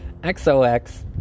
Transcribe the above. XOX